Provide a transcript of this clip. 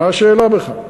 מה השאלה בכלל.